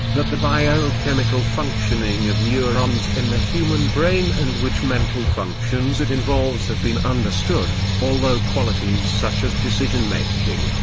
that the bio-chemical functioning of neurons in the human brain and which mental functions it involves have been understood, although qualities such as decision making,